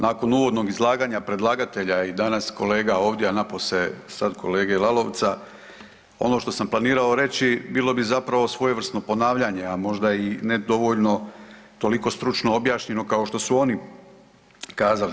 Nakon uvodnog izlaganja predlagatelja i danas kolega ovdje, a napose sad kolege Lalovca ono što sam planirao reći bilo bi zapravo svojevrsno ponavljanje, a možda i nedovoljno toliko stručno objašnjeno kao što su oni kazali.